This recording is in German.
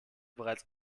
bereits